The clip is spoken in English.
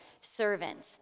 servant